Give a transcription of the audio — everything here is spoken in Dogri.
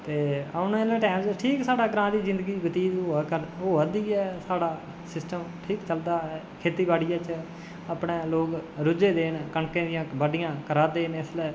ते औने आह्ले टैम च ठीक साढ़े ग्रांऽ दी जिंदगी बतीत होआ दी ऐ साढ़ा सिस्टम ठीक चलदा ऐ खेती बाड़ी च ऐ अपने लोग रुज्झे दे न कनकां दियां बाड्डियां करा दे न इसलै